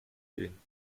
gehen